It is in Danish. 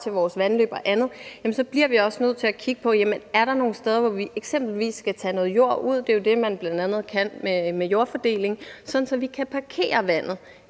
til vores vandløb og andet, så bliver vi også nødt til at kigge på, om der er nogle steder, hvor vi eksempelvis skal tage noget jord ud. Det er jo bl.a. det, man kan med jordfordeling; så kan vi parkere vandet,